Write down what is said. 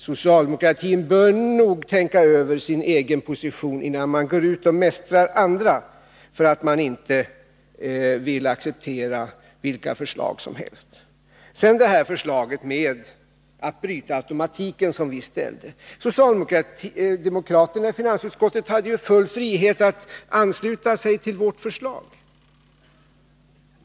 Socialdemokratin bör nog tänka över sin egen position, innan den går ut och mästrar andra för att de inte vill acceptera vilka förslag som helst. Sedan förslaget om att bryta automatiken som vi lagt fram. Socialdemokraterna i finansutskottet hade ju full frihet att ansluta sig till vårt förslag.